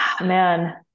Man